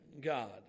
God